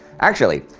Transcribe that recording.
actually,